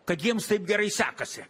kad jiems taip gerai sekasi